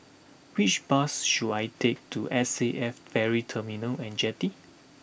which bus should I take to S A F Ferry Terminal and Jetty